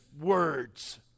words